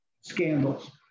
scandals